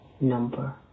number